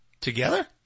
Together